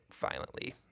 violently